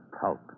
pulp